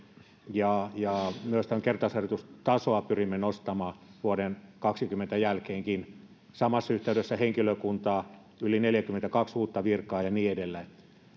ja ja myös tätä kertausharjoitusten tasoa pyrimme nostamaan vuoden kaksikymmentä jälkeenkin ja samassa yhteydessä lisäämään henkilökuntaa yli neljäkymmentäkaksi uutta virkaa ja niin edelleen